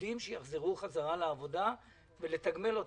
עובדים שיחזרו לעבודה ולתגמל אותם.